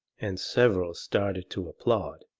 and several started to applaud,